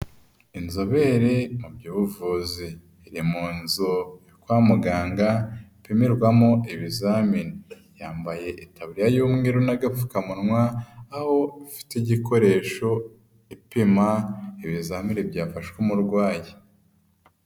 Inzobere mu by'ubuvuzi, iri mu nzu yo kwa muganga ipimirwamowo ibizamini. yambaye itaburiya y'umweru n'agapfukamunwa, aho ifite igikoresho cyo gupima ibizamini byafashwe umurwayi.